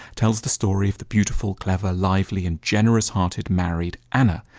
tells the story of the beautiful, clever, lively and generous hearted married anna,